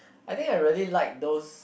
I think I really like those